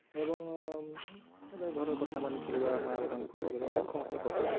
ଏବଂ ଏବେ ଘର କଥା ମାନି ଚଳିବା ମାଆ ବାପାଙ୍କୁ ଖୁସି କରିବା ଏଟା ତ ସମସ୍ତଙ୍କ କର୍ତ୍ତବ୍ୟ